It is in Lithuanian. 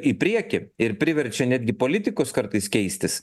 į priekį ir priverčia netgi politikus kartais keistis